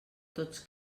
tots